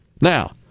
Now